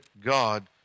God